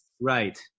Right